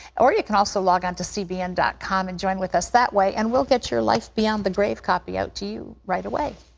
or you can also log onto cbn dot com and join with us that way and we'll get your life beyond the grave copy out to you right away.